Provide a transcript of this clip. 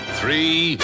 three